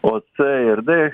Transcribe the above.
o c ir d